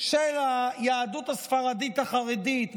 של היהדות הספרדית החרדית,